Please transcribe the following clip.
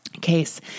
case